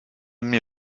met